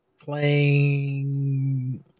playing